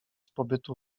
pobytu